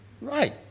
Right